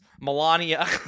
Melania